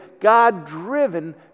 God-driven